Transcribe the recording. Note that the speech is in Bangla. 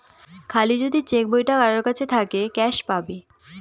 খালি যদি চেক বইটা কারোর কাছে থাকে ক্যাস পাবে